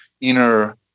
inner